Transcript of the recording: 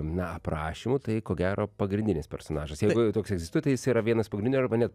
na aprašymo tai ko gero pagrindinis personažas jeigu jau toks egzistuoja tai jis yra vienas pagrindinių arba net